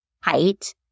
height